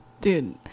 Dude